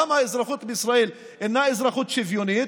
למה האזרחות בישראל אינה אזרחות שוויונית?